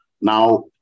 Now